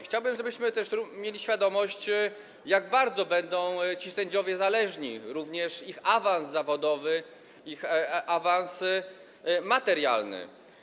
Chciałbym, żebyśmy też mieli świadomość, jak bardzo będą ci sędziowie zależni, również ich awans zawodowy, ich awans materialny.